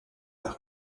las